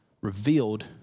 revealed